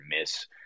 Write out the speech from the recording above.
miss